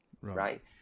right